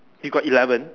you got eleven